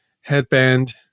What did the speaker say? headband